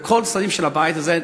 בכל הצדדים של הבית הזה,